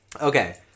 Okay